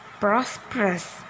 prosperous